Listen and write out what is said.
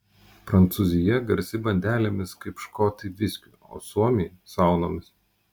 prancūzija garsi bandelėmis kaip škotai viskiu o suomiai saunomis